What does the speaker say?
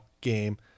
game